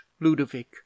ludovic